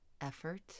effort